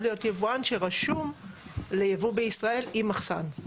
להיות יבואן שרשום לייבוא בישראל עם מחסן.